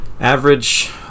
average